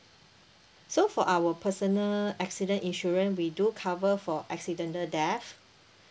so for our personal accident insurance we do cover for accidental death